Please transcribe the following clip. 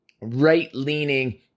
right-leaning